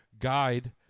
guide